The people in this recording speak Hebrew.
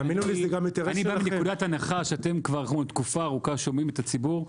אני מנקודת הנחה שאתם כבר תקופה ארוכה שומעים את הציבור.